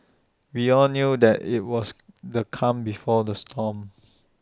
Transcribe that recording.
we all knew that IT was the calm before the storm